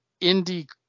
indie